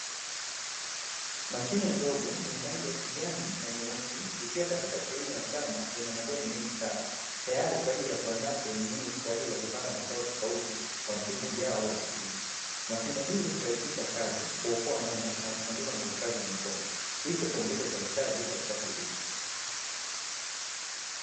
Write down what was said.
Mashine ndogo yenye rangi ya kijani na nyeusi ikiwa katika sehemu ya shamba yenye majani mengi sana tayari kwaajili ya kuandaa, sehemu hii kwaajili ya kupanda mazao tofauti kwa msimu ujao wa kilimo. Mashine hii hurahisisha kazi na huokoa muda na kupunguza nguvu kazi ya mikono. Hivyo kuongeza uzalishaji katika kilimo.